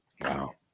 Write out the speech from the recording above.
Wow